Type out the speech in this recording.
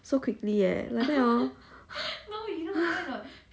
so quickly eh then hor